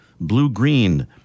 blue-green